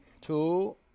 two